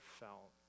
felt